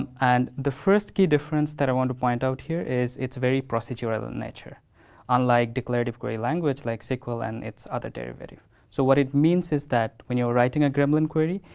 and and the first key difference that i want to point out here is, it's very procedural in nature unlike declarative query language like sql and its other derivative. so what it means is that, when you're writing a gremlin query,